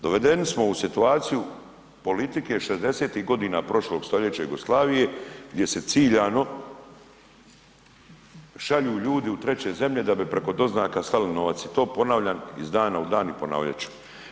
Dovedeni smo u situaciju politike 60-ih godina prošlog stoljeća Jugoslavije, gdje se ciljano šalju ljudi u treće zemlje da bi preko doznaka slali novac i to ponavljam iz dana u dan i ponavljat ću.